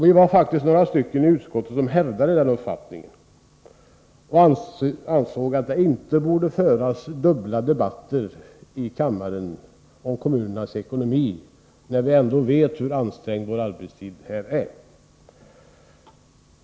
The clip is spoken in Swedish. Vi var faktiskt några stycken i utskottet som hävdade den uppfattningen och ansåg, att det inte borde föras dubbla debatter i kammaren om kommunernas ekonomi. Vi vet ju hur ansträngt vårt arbetsschema ändå är.